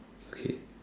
okay